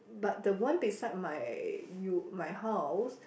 but the one beside my you my house